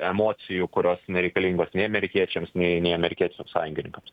emocijų kurios nereikalingos nei amerikiečiams nei nei amerikiečių sąjungininkams